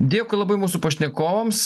dėkui labai mūsų pašnekovams